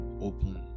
open